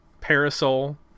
Parasol